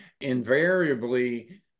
Invariably